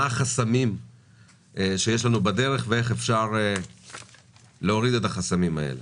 מה החסמים שיש לנו בדרך ואיך אפשר להוריד את החסמים האלה.